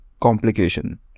complication